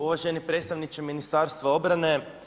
Uvaženi predstavniče Ministarstva obrane.